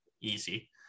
easy